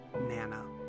Nana